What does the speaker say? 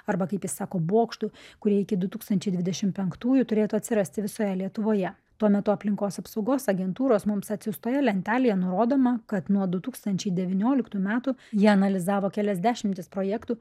arba kaip jis sako bokštų kurie iki du tūkstančiai dvidešimt penktųjų turėtų atsirasti visoje lietuvoje tuo metu aplinkos apsaugos agentūros mums atsiųstoje lentelėje nurodoma kad nuo du tūkstančiai devynioliktų metų jie analizavo kelias dešimtis projektų